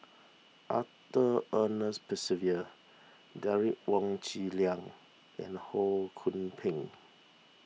Arthur Ernest Percival Derek Wong Zi Liang and Ho Kwon Ping